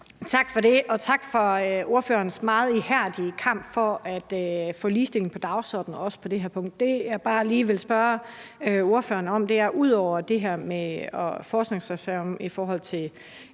Tak for det. Og tak for ordførerens meget ihærdige kamp for at få ligestilling på dagsordenen også på det her punkt. Ud over det her med forskningsreserven i forhold til